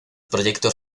proyectos